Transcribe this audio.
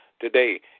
today